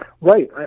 Right